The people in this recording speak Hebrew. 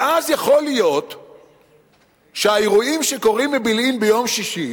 ואז יכול להיות שהאירועים שקורים בבילעין ביום שישי